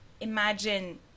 imagine